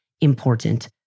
important